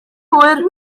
hwyr